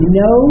no